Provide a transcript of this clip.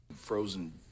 frozen